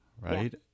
right